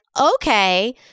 okay